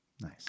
Nice